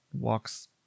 walks